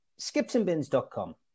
skipsandbins.com